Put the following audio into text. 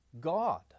God